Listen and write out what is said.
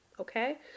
Okay